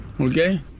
Okay